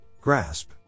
grasp